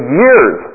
years